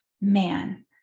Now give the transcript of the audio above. man